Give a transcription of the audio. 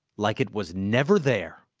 like it was never there.